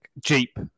Jeep